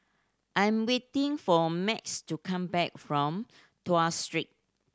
I am waiting for Max to come back from Tuas Street